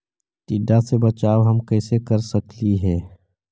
टीडा से बचाव हम कैसे कर सकली हे?